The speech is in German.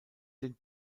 den